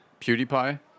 PewDiePie